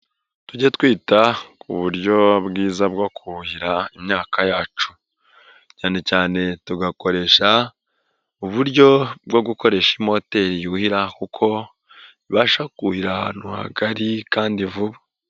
Tujye twita ku buryo bwiza bwo kuhira imyaka yacu, cyane cyane tugakoresha uburyo bwo gukoresha i moteli yuhirira kuko ibasha kuhira ahantu hagari kandi vuba.